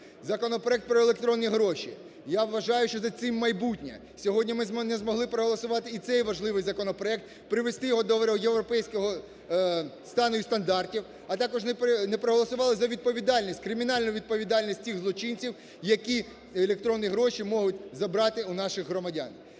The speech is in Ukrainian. Законопроект про електронні гроші, я вважаю, що за цим майбутнє, сьогодні ми не змогли проголосувати і цей важливий законопроект, привести його до європейського стану і стандартів, а також не проголосувати за відповідальність, кримінальну відповідальність тих злочинців, які електронні гроші можуть забрати у наших громадян.